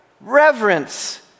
reverence